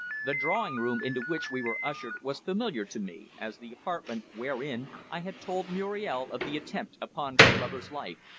the drawing-room into which we were ushered was familiar to me as the apartment wherein i had told muriel of the attempt upon her lover's life.